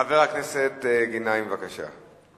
חבר הכנסת גנאים, בבקשה.